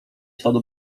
śladu